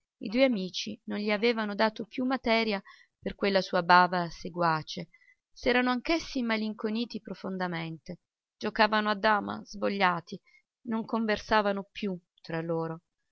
i due amici non gli avevano dato più materia per quella sua bava seguace s'erano anch'essi immalinconiti profondamente giocavano a dama svogliati non conversavano più tra loro